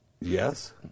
yes